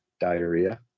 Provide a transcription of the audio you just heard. diarrhea